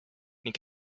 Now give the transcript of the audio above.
ning